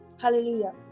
Hallelujah